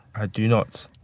i do not.